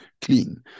clean